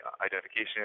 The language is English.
identification